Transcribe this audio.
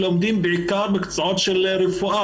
צוהריים טובים.